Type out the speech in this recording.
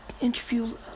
interview